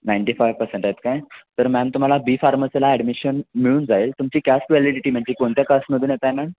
ninety five percent आहेत का तर मॅम तुम्हाला बी फार्मसिला ॲडमिशन मिळून जाईल तुमची कास्ट व्हॅलिडिटी म्हणजे कोणत्या कास्टमधून येताय मॅम